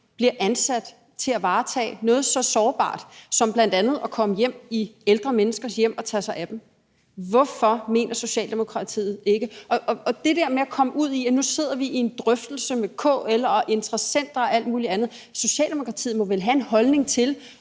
bliver ansat til at varetage noget så sårbart som bl.a. at komme hjem i ældre menneskers hjem og tage sig af dem. Hvorfor mener Socialdemokratiet det ikke her? Og der er det der med at komme ud i, at vi nu sidder i en drøftelse med KL og interessenter og alt muligt andet. Socialdemokratiet må vel have en holdning til,